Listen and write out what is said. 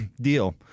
deal